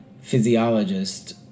physiologist